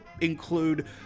include